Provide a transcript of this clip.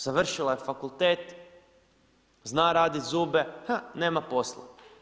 Završila je fakultet, zna raditi zube, ha, nema posla?